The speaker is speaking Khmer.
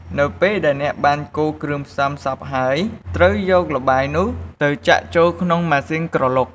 នៅពេលដែលអ្នកបានកូរគ្រឿងផ្សំសព្វហើយ ត្រូវយកល្បាយនោះទៅចាក់ចូលក្នុង ម៉ាស៊ីនក្រឡុក។